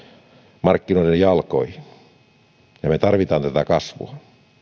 työmarkkinoiden jalkoihin ja me tarvitsemme tätä kasvua